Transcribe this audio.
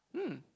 mm